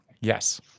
yes